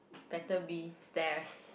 better be stares